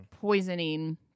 poisoning